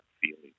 feeling